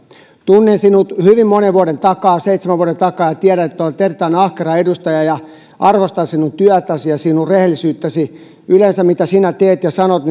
tunnen sinut hyvin monen vuoden takaa seitsemän vuoden takaa tiedän että olet erittäin ahkera edustaja ja arvostan sinun työtäsi ja sinun rehellisyyttäsi yleensä mitä sinä teet ja sanot